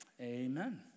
amen